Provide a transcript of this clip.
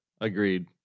agreed